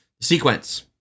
sequence